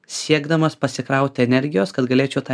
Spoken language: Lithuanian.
siekdamas pasikraut energijos kad galėčiau tą